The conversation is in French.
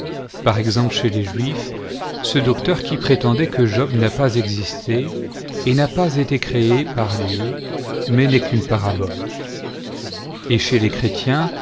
par exemple chez les juifs ce docteur qui prétendait que job n'a pas existé et n'a pas été créé par dieu mais n'est qu'une parabole et chez les chrétiens